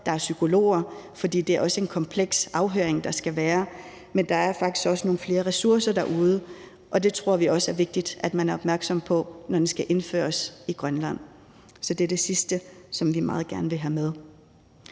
der er psykologer, fordi det også er en kompleks afhøring, der skal være. Men der er faktisk nogle flere ressourcer derude, og det tror vi også er vigtigt at man er opmærksom på, når loven skal indføres i Grønland. Så det er det sidste, som vi meget gerne vil have med.